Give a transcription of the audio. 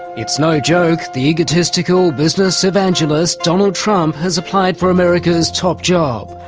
it's no joke, the egotistical business evangelist donald trump has applied for america's top job.